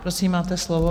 Prosím, máte slovo.